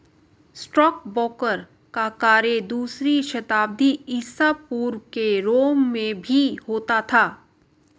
stockbroker का कार्य दूसरी शताब्दी ईसा पूर्व के रोम में भी होता था